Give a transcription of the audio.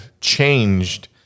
changed